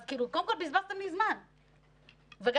אז קודם כול בזבזתם לי זמן.